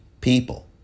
people